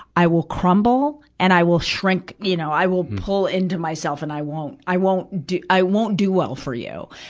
i will crumble and i will shrink, you know, i will pull into myself and i won't, i won't do, i won't do well for you.